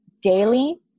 daily